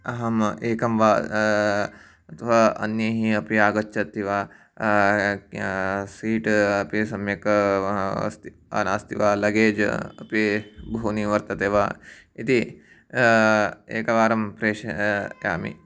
अहम् एकं वा अथवा अन्यैः अपि आगच्छन्ति वा सीट् अपि सम्यक् अस्ति नास्ति वा लगेज् अपि बहूनि वर्तते वा इति एकवारं प्रेषयामि